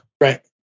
Right